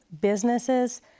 businesses